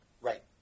Right